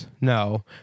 No